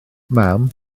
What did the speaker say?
mam